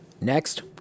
Next